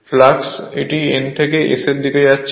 flux এটি N থেকে S এ যাচ্ছে